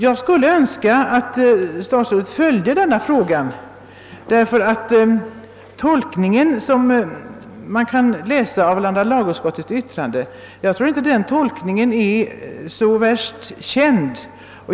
Jag skulle önska att statsrådet ville följa denna fråga, eftersom den tolkning som kan utläsas ur andra lagutskottets utlåtande inte är särskilt väl känd.